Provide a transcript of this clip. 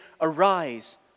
Arise